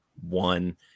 one